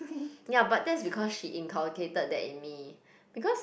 ya but that's because she inculcated that in me because